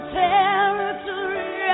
territory